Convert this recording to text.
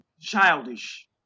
Childish